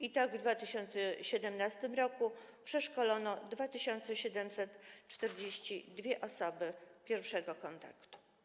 I tak w 2017 r. przeszkolono 2742 osoby pierwszego kontaktu.